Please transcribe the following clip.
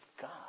God